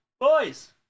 boys